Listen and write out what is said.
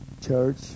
Church